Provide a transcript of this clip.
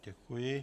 Děkuji.